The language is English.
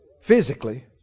Physically